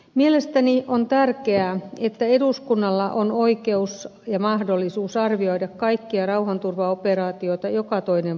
mielestäni on tärkeää että eduskunnalla on oikeus ja mahdollisuus arvioida kaikkia rauhanturvaoperaatioita joka toinen vuosi